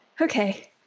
okay